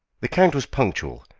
the count was punctual,